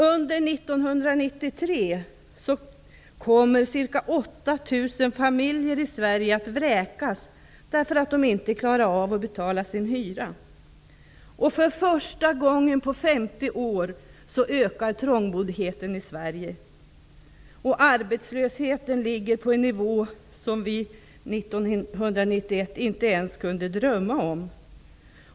Under 1993 kommer ca 8 000 familjer i Sverige att vräkas därför att de inte klarar av att betala sin hyra. För första gången på 50 år ökar trångboddheten i Sverige. Arbetslösheten ligger nu på en nivå som vi 1991 inte ens kunde drömma om.